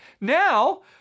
Now